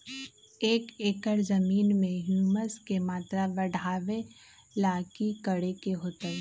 एक एकड़ जमीन में ह्यूमस के मात्रा बढ़ावे ला की करे के होतई?